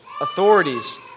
authorities